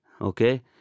okay